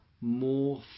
more